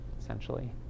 essentially